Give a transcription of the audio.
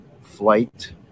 flight